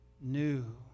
new